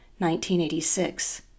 1986